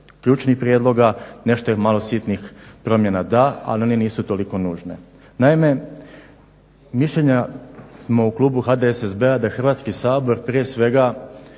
ključnih prijedloga, nešto malo sitnih promjena da ali da one nisu toliko nužne. Naime, mišljenja smo u klubu HDSSB-a da Hrvatski sabor prije svega